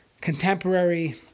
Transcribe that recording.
contemporary